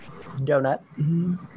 donut